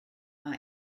mae